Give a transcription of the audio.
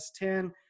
S10